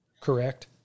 correct